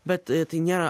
bet tai nėra